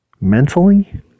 mentally